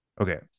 Okay